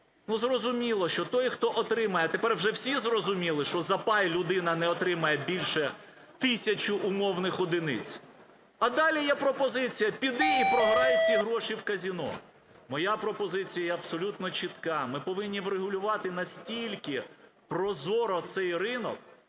Ну, зрозуміло, що той, хто отримає, а тепер вже всі зрозуміли, що за пай людина не отримає більше тисячі умовних одиниць, а далі є пропозиція – піди і програй ці гроші в казино. Моя пропозиція є абсолютно чітка, ми повинні врегулювати настільки прозоро цей ринок,